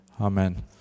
amen